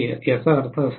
1 आहे याचा अर्थ असा आहे